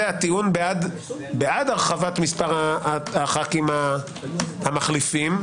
הטיעון בעד הרחבת מספר הח"כים המחליפים,